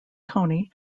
tony